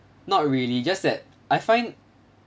not really just that I find